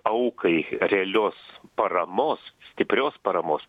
aukai realios paramos stiprios paramos